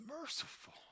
merciful